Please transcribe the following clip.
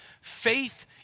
faith